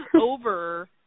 over